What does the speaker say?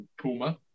Puma